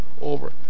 over